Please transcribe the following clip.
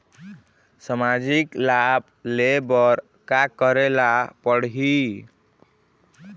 सामाजिक लाभ ले बर का करे ला पड़ही?